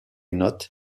not